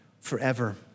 forever